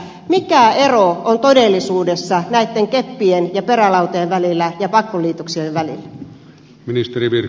mikä ero on todellisuudessa näitten keppien ja perälautojen ja pakkoliitoksien välillä